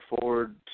forward